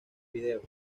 vídeos